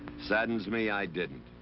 saddens me i didn't.